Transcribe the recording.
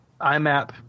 IMAP